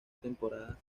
temporadas